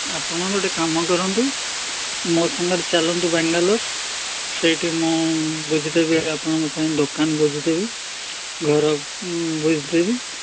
ଆପଣ ଗୋଟେ କାମ କରନ୍ତୁ ମୋ ସାଙ୍ଗରେ ଚାଲନ୍ତୁ ବାଙ୍ଗାଲୋର ସେଇଠି ମୁଁ ବୁଝିଦେବି ଆପଣଙ୍କ ପାଇଁ ଦୋକାନ ବୁଝିଦେବି ଘର ବୁଝିଦେବି